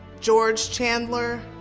george chandler,